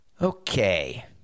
Okay